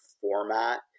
format